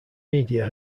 media